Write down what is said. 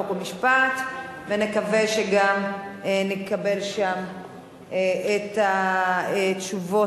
חוק ומשפט ונקווה שגם נקבל שם את התשובות